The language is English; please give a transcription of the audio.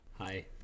Hi